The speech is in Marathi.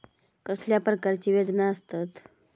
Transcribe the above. कसल्या प्रकारची वजना आसतत?